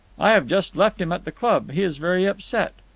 i have just left him at the club. he is very upset.